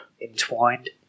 entwined